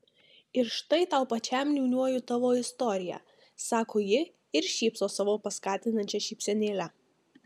ir štai tau pačiam niūniuoju tavo istoriją sako ji ir šypsos savo paskatinančia šypsenėle